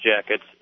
jackets